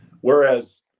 whereas